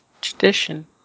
tradition